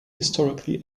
historically